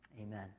Amen